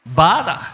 bada